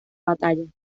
batalla